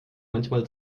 manchmal